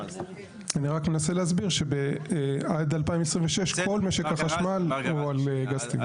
אני רק מנסה להסביר שעד 2026 כל משק החשמל הוא על גז טבעי.